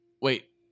wait